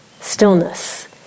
stillness